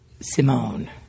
Simone